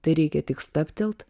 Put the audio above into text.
tai reikia tik stabtelt